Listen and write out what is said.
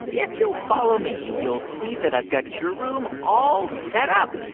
if you'll follow me, you'll see that i've got your room all set up.